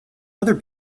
other